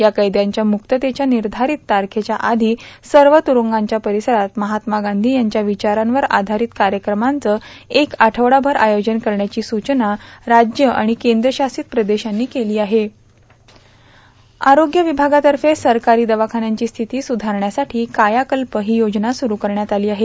या कैदयांच्या मुक्ततेच्या निर्धारत तारखेच्या आधी सव तुरंगांच्या र्पारसरात महात्मा गांधी यांच्या र्वचारांवर आधारांवर कायक्रमांचं एक आठवडाभर आयोजन करण्याची सूचना राज्य र्आण कद्रशांसत प्रदेशांना केलो आहे इंट्रो आरोग्य विभागातर्फे सरकारी दवाखानयांची स्थिती सुधारण्यासाठी कायाकल्प ही योजना सुरू करण्यात आली आहे